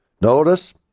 Notice